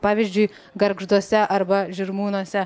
pavyzdžiui gargžduose arba žirmūnuose